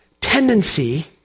tendency